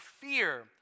fear